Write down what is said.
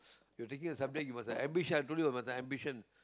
you're thinking of something it was an ambition I told you it was an ambition